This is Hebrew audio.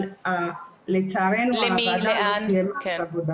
אבל לצערנו הוועדה לא סיימה את העבודה.